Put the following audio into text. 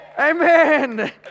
Amen